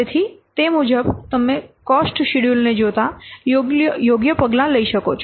તેથી તે મુજબ તમે કોસ્ટ શેડ્યૂલ ને જોતા યોગ્ય પગલાં લઈ શકો છો